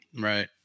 right